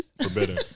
forbidden